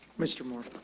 mr. moore.